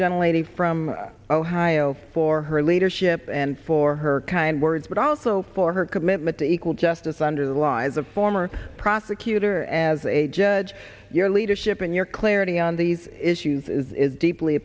gentleman from ohio for her leadership and for her kind words but also for her commitment to equal justice under the law as a former prosecutor as a judge your leadership and your clarity on these issues is deeply